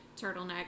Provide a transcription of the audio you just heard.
turtleneck